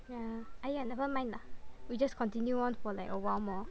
yeah !aiya! nevermind lah we just continue on for like a while more